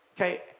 Okay